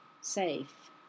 safe